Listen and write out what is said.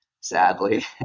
sadly